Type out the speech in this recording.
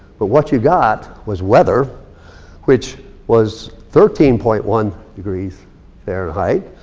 but what ya got was weather which was thirteen point one degrees fahrenheit,